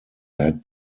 had